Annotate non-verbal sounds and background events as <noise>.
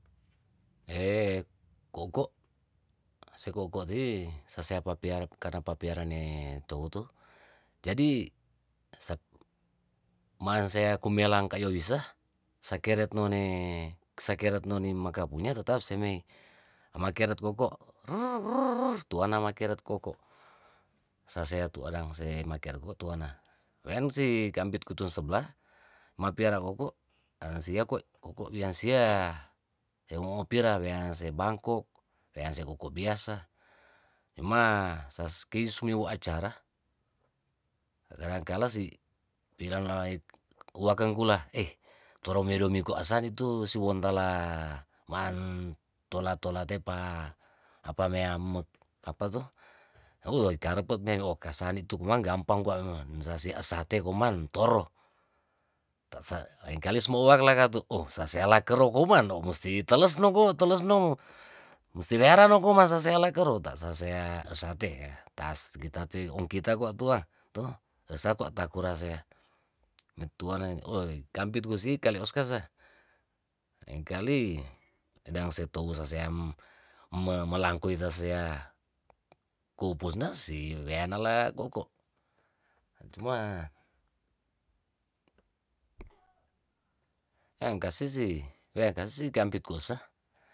<hesitation> koko' se ko' ko' tei sasea papea karna papiara ne touto jadi sap maansea kumelang kayo wise sakeret no ne sakeret none makapunya tetap semei amakeret koko' ruerrrr ruerrrrr ruerrrr tuana makeret koko' sasea tu adangse makeret to tuana weanse kampit kutun seblah mapiara oko' arasia oko wiansia teomopira wianse bangkok weanse kokok biasa kei sumiwo acara kadangkala sei prang nawait kakengkula torodomeku asan itu siwontala maan tola tola te pa apamea mot apato woo ikareput mo okasali komang gampang kwa nisasea sate koman toro tase lengkali somuowak le katu sasea laker okuman ohmusti teles noko telesno musti wiara noko masaseala kerut tasasea sate ya tas witate ongkita otua to sa to sa kwa takurase metuane ohi kampit osi kampit gusi kaleos kase lengkali sedang setou saseang melangkuy sasea koupusnas si weanele kokok cuma yang kasesi weangkasesi kampit kusa.